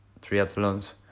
triathlons